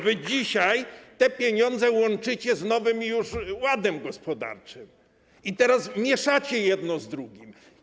Wy dzisiaj te pieniądze łączycie z nowym już ładem gospodarczym, mieszacie jedno z drugim.